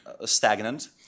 stagnant